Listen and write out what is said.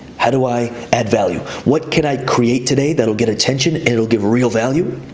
how do i add value? what can i create today that'll get attention, it'll give real value?